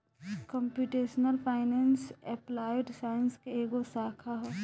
computational finance applied science के एगो शाखा ह